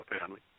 family